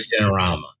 Cinerama